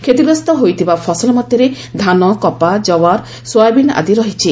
କ୍ଷତିଗ୍ରସ୍ତ ହୋଇଥିବା ଫସଲ ମଧ୍ୟରେ ଧାନ କପା କବାର୍ ସୋୟାବିନ୍ ଆଦି ରହିଛି